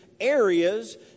areas